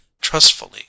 trustfully